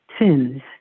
sins